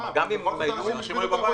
כלומר, גם אם היו -- אז מה?